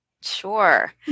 Sure